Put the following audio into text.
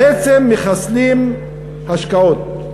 בעצם מחסלים השקעות.